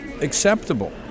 acceptable